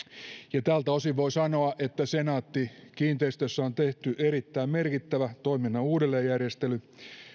tältä osin voi sanoa että senaatti kiinteistöissä on tehty erittäin merkittävä toiminnan uudelleenjärjestely